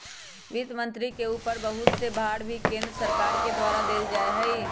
वित्त मन्त्री के ऊपर बहुत से भार भी केन्द्र सरकार के द्वारा देल जा हई